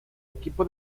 equipo